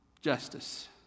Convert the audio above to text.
justice